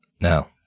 No